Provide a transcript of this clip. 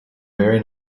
very